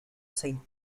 saint